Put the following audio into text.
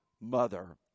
mother